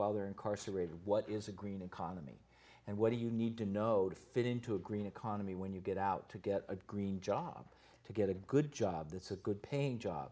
while they're incarcerated what is a green economy and what do you need to know to fit into a green economy when you get out to get a green job to get a good job that's a good paying job